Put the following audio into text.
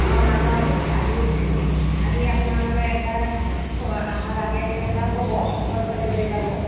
অঁ নাযাওঁ দিয়ক আহি আহি আপোনালোকে একবাৰ অহাৰ আগে আগে একবাৰ ক'ব কৈ ফালে লৈ যাব